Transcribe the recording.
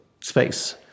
space